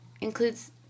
includes